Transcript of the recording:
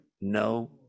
no